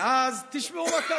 ואז תשמעו מה קרה.